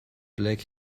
black